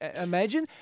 imagine